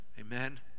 amen